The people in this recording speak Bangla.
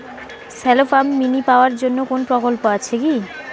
শ্যালো পাম্প মিনি পাওয়ার জন্য কোনো প্রকল্প আছে কি?